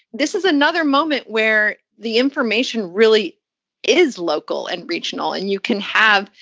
this is another moment where the information really is local and regional. and you can have,